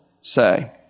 say